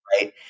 Right